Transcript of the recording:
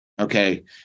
Okay